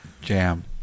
jam